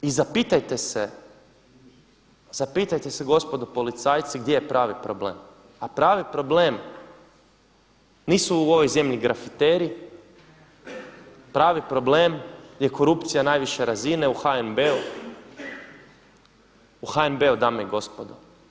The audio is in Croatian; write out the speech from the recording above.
I zapitajte se gospodo policajci gdje je pravi problem, a pravi problem nisu u ovoj zemlji grafiteri, pravi problem je korupcija najviše razine u HNB-u, u HNB-u dame i gospodo.